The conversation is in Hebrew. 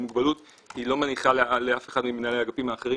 מוגבלות היא לא מניחה לאף אחד ממנהלי האגפים האחרים,